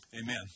Amen